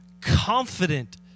confident